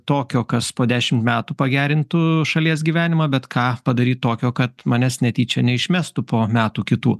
tokio kas po dešimt metų pagerintų šalies gyvenimą bet ką padaryt tokio kad manęs netyčia neišmestų po metų kitų